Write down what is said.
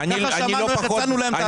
כך שנתנו להם.